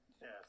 Yes